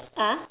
ah